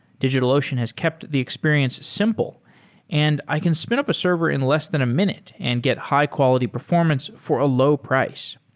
digitalocean has kept the experience simple and i can spin up a server in less than a minute and get high quality performance for a low price.